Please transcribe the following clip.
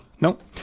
Nope